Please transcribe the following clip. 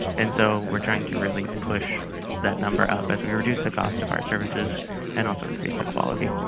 and so we're trying to really push that number up as we reduce the cost of our services and also increase the quality.